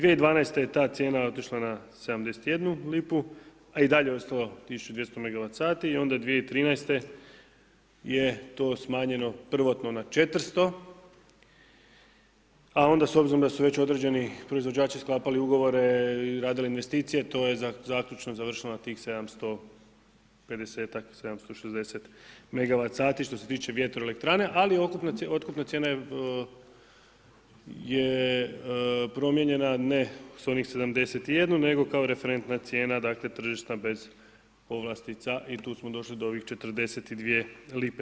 2012. je ta cijena otišla na 71 lipu, a i dalje ostalo 1.200 megawat sati i onda 2013. je to smanjeno prvotno na 400, a onda s obzirom da su već određeni proizvođači sklapali ugovore i radili investicije to je zaključno završilo na tih 750, 760 megawat sati što se tiče vjetroelektrane, ali otkupna cijena je promijenjena ne s onih 71 nego kao referentna cijena dakle, tržišna bez povlastica i tu smo došli do ove 42 lipe.